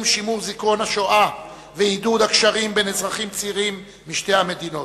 שימור זיכרון השואה ובעידוד הקשרים בין אזרחים צעירים משתי המדינות.